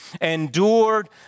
endured